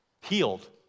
healed